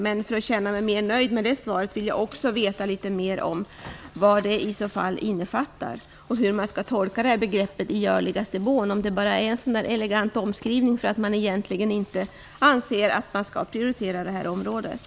Men för att känna mig mer nöjd med det svaret vill jag också veta litet mer om vad det i så fall innefattar och hur man skall tolka begreppet "i görligaste mån". Är det bara en elegant omskrivning för att man egentligen inte anser att detta område skall prioriteras?